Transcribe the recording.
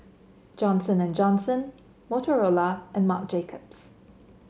Johnson And Johnson Motorola and Marc Jacobs